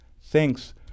thanks